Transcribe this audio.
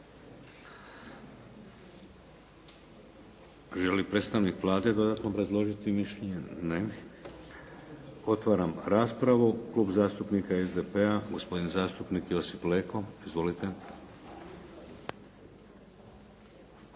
li predstavnik Vlade dodatno obrazložiti mišljenje? Ne. Otvaram raspravu Klub zastupnika SDP-a, gospodin zastupnik Josip Leko. Izvolite.